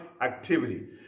activity